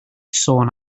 sôn